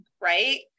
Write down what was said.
right